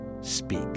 Speak